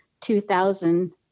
2,000